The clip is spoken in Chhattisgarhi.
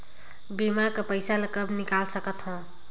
बीमा कर पइसा ला कब निकाल सकत हो?